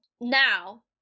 Now